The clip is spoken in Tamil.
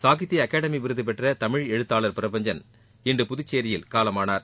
சாகித்ப அகாடமி விருது பெற்ற தமிழ் எழுத்தாளர் பிரபஞ்சன் இன்று புதுச்சேரியில் காலமானார்